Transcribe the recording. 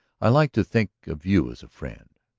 i like to think of you as a friend.